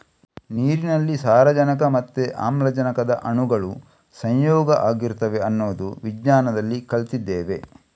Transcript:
ನೀರಿನಲ್ಲಿ ಸಾರಜನಕ ಮತ್ತೆ ಆಮ್ಲಜನಕದ ಅಣುಗಳು ಸಂಯೋಗ ಆಗಿರ್ತವೆ ಅನ್ನೋದು ವಿಜ್ಞಾನದಲ್ಲಿ ಕಲ್ತಿದ್ದೇವೆ